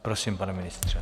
Prosím, pane ministře.